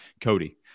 Cody